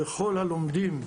לכל הלומדים,